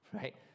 right